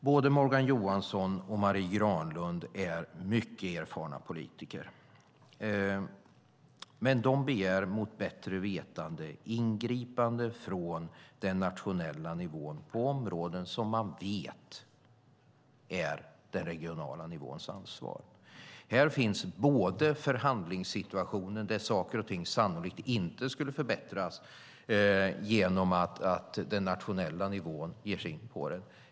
Både Morgan Johansson och Marie Granlund är mycket erfarna politiker, men de begär mot bättre vetande ingripande från den nationella nivån på områden som man vet är den regionala nivåns ansvar. Här finns förhandlingssituationer där saker och ting sannolikt inte skulle förbättras genom att den nationella nivån ger sig in i dem.